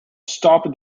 stop